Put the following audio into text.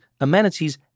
amenities